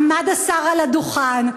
עמד השר על הדוכן,